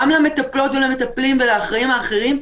גם למטפלות ולמטפלים ולאחראים האחרים,